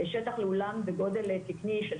שטח לאולם בגודל תקני,